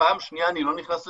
פעם שנייה אני לא נכנס לסגר,